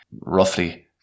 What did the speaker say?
roughly